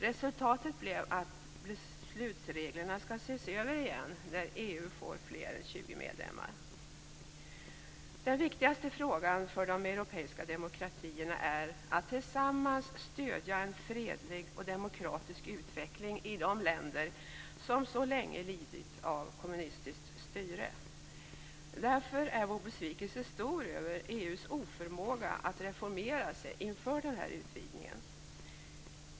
Resultatet blev att beslutsreglerna skall ses över igen när EU får fler än 20 medlemmar. Den viktigaste frågan för de europeiska demokratierna är att tillsammans stödja en fredlig och demokratisk utveckling i de länder som så länge lidit av kommunistiskt styre. Därför är vår besvikelse över EU:s oförmåga att reformera sig inför den här utvidgningen stor.